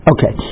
Okay